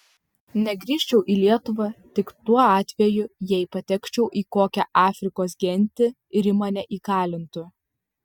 negrįžčiau į lietuvą tik tuo atveju jei patekčiau į kokią afrikos gentį ir ji mane įkalintų